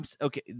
okay